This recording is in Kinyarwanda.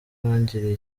wangiriye